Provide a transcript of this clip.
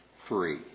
free